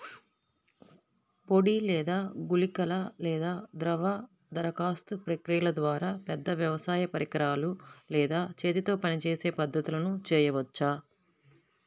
పొడి లేదా గుళికల లేదా ద్రవ దరఖాస్తు ప్రక్రియల ద్వారా, పెద్ద వ్యవసాయ పరికరాలు లేదా చేతితో పనిచేసే పద్ధతులను చేయవచ్చా?